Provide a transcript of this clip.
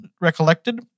recollected